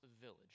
village